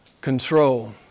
control